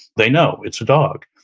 they know it's a dog.